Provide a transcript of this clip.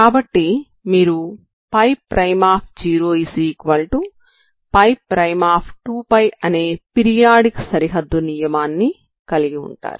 కాబట్టి మీరు ϴ0ϴ2π అనే పిరియాడిక్ సరిహద్దు నియమాన్ని కలిగి ఉంటారు